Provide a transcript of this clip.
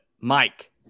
Mike